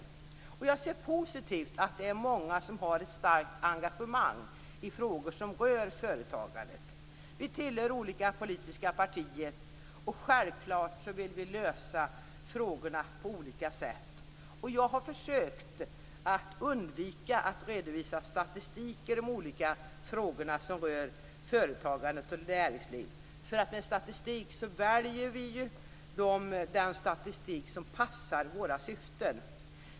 Jag ser det som positivt att det är många som har ett starkt engagemang i frågor som rör företagandet. Vi tillhör olika politiska partier, och självfallet vill vi lösa frågorna på olika sätt. Jag har försökt att undvika att redovisa statistik i de olika frågorna som rör företagande och näringsliv, för vi väljer den statistik som passar våra syften.